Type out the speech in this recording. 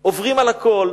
עוברים על הכול,